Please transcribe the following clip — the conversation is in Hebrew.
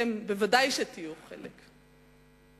ואתם בוודאי תהיו חלק,